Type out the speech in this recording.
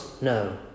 No